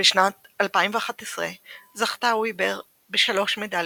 בשנת 2011 זכתה ויבר ב-3 מדליות,